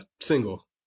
single